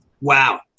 Wow